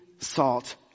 salt